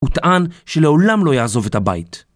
הוא טען שלעולם לא יעזוב את הבית.